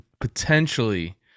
Potentially